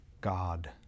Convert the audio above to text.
God